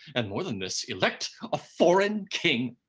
and more than this, elect a foreign king.